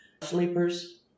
sleepers